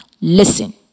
Listen